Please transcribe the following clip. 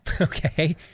Okay